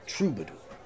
Troubadour